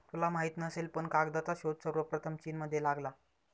तुला माहित नसेल पण कागदाचा शोध सर्वप्रथम चीनमध्ये लागला